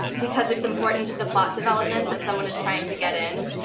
because it's important to the plot development that someone is trying to get in.